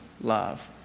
love